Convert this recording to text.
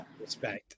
respect